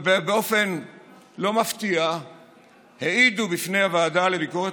באופן לא מפתיע העידו בפני הוועדה לביקורת